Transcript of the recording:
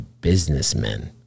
businessmen